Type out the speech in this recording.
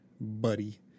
buddy